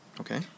Okay